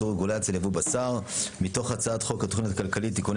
רגולציה לייבוא בשר) מתוך הצעת חוק התוכנית הכלכלית (תיקוני